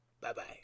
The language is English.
Bye-bye